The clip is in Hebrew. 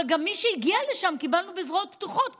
אבל גם את מי שהגיע לשם קיבלנו בזרועות פתוחות,